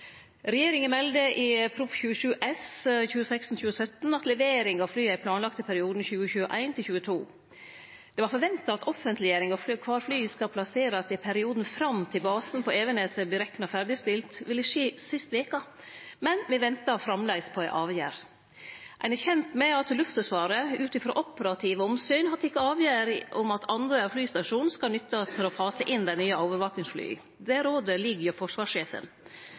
Regjeringa melde i Prop. 27 S for 2016–2017 at levering av flya var planlagd i perioden 2021–2022. Det var forventa at offentleggjering av kvar flya skal plasserast i perioden fram til basen på Evenes er berekna å vere ferdigstilt, ville skje sist veke. Men me ventar framleis på ei avgjerd. Ein er kjend med at Luftforsvaret ut frå operative omsyn har teke avgjerd om at Andøya flystasjon skal nyttast for å fase inn dei nye overvakingsflya. Det rådet ligg hos forsvarssjefen.